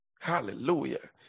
Hallelujah